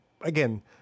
again